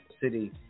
city